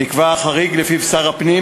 נקבע החריג שלפיו שר הפנים,